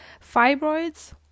Fibroids